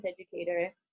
educator